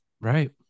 Right